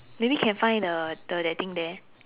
maybe can find the the that thing there